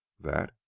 That—